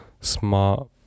smart